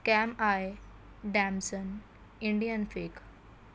came I damson Indian food